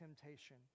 temptation